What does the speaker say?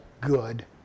good